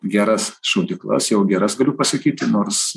geras šaudyklas jau geras galiu pasakyti nors